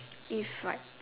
if like